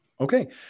Okay